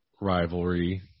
rivalry